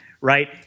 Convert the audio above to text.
Right